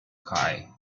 guy